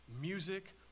music